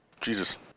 Jesus